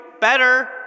better